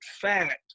fact